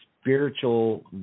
spiritual